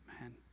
man